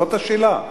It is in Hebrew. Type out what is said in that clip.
זאת השאלה.